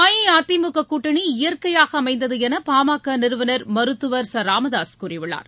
அஇஅதிமுக கூட்டணி இயற்கையாக அமைந்தது என பா ம க நிறுவனர் மருத்துவர் ச ராமதாசு கூறியுள்ளார்